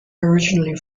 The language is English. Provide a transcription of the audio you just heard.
originally